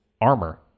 armor